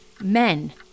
Men